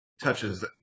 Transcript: touches